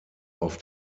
auf